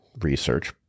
research